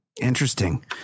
Interesting